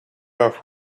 off